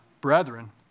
Brethren